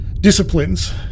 disciplines